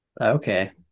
okay